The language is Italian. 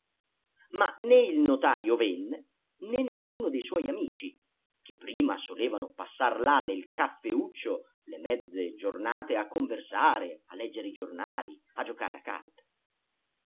ma né il notajo venne né nessuno dei suoi amici che prima solevano passar là nel caffeuccio le mezze giornate a conversare a leggere i giornali a giocare